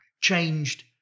changed